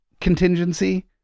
contingency